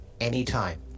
anytime